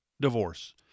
divorce